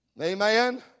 Amen